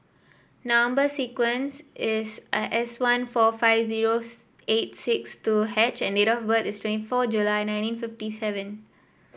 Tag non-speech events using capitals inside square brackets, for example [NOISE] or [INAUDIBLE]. number sequence is I S one four five zero [UNINTELLIGIBLE] eight six two H and date of birth is twenty four July nineteen fifty seven